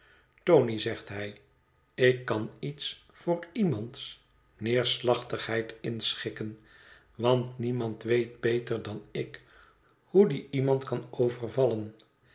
tony zegt hij ik kan iets voor iemands neerslachtigheid inschikken want niemand weet beter dan ik hoe die iemand kan overvallen